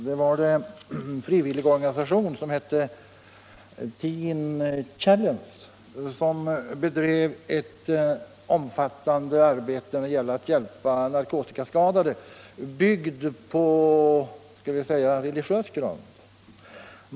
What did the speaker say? Det var en frivilligorganisation, Teen Challenge, som bedrev ett omfattande arbete för att hjälpa narkotikaskadade, byggt på religiös grund.